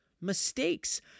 Mistakes